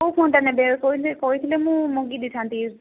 ଫୋନଟା ନେବେ କହିଲେ କହିଥିଲେ ମୁଁ ମଗେଇ ଦେଇଥାନ୍ତି